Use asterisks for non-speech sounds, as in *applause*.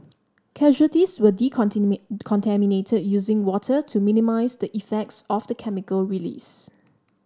casualties were *unintelligible* decontaminated using water to minimise the effects of the chemical release